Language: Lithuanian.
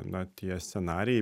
na tie scenarijai